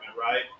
right